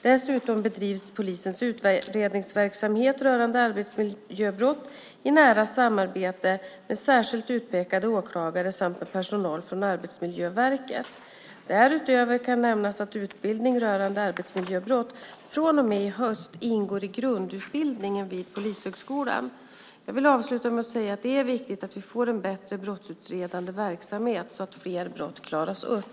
Dessutom bedrivs polisens utredningsverksamhet rörande arbetsmiljöbrott i nära samarbete med särskilt utpekade åklagare samt med personal från Arbetsmiljöverket. Därutöver kan nämnas att utbildning rörande arbetsmiljöbrott från och med i höst ingår i grundutbildningen vid Polishögskolan. Jag vill avsluta med att säga att det är viktigt att vi får en bättre brottsutredande verksamhet så att fler brott klaras upp.